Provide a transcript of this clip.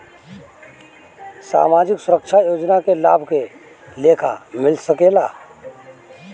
सामाजिक सुरक्षा योजना के लाभ के लेखा मिल सके ला?